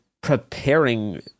preparing